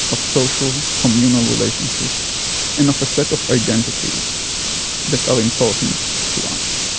of social, communal relationships and of a set of identities that are important to us.